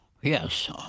Yes